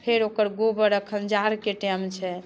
फेर ओकर गोबर एखन जाड़के टाइम छै